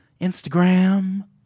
Instagram